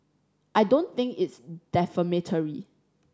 I don't think it's defamatory